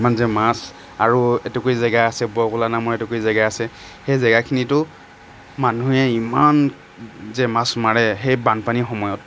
ইমান যে মাছ আৰু এটুকুৰি জেগা আছে বৰকোলা নামৰ এটুকুৰি জেগা আছে সেই জেগাখিনিতো মানুহে ইমান যে মাছ মাৰে সেই বানপানীৰ সময়ত